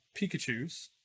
Pikachus